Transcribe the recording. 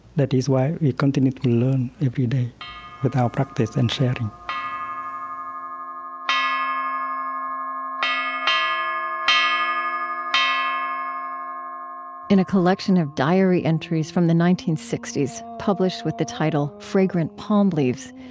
that is why we continue to learn every day with our practice and sharing ah in a collection of diary entries from the nineteen sixty s, published with the title fragrant palm leaves,